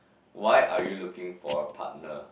why are you looking for a partner